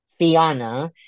Tiana